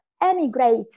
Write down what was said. emigrate